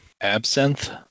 Absinthe